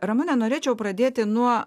ramune norėčiau pradėti nuo